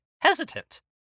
hesitant